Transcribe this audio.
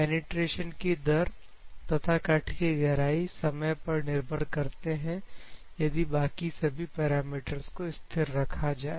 penetration की दर तथा कट की गहराई समय पर निर्भर करते हैं यदि बाकी सभी पैरामीटर्स को स्थिर रखा जाए